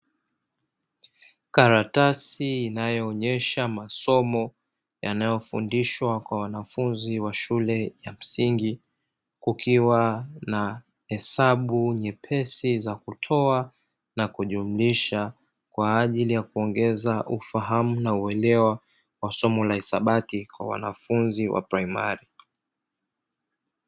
Karatasi inayoonyesha masomo yanayofundishwa kwa wanafunzi wa shule ya msingi, kukiwa na hesabu nyepesi za kutoa na kujumlisha, kwa ajili ya kuongeza ufahamu na uelewa wa somo la hisabati kwa wanafunzi wa praimari.